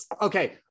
okay